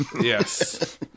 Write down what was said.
Yes